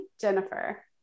Jennifer